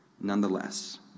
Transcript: nonetheless